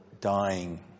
dying